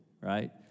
right